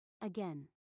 Again